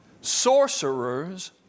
sorcerers